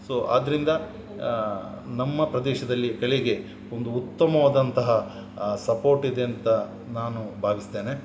so ಆದ್ದರಿಂದ ನಮ್ಮ ಪ್ರದೇಶದಲ್ಲಿ ಘಳಿಗೆ ಒಂದು ಉತ್ತಮವಾದಂತಹ ಸಪೋರ್ಟ್ ಇದೆ ಅಂತ ನಾನು ಭಾವಿಸ್ತೇನೆ